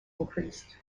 increased